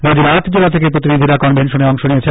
রাজ্যের আট জেলা থেকে প্রতিনিধিরা কনভেনশনে অংশ নিয়েছেন